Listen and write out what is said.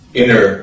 inner